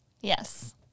Yes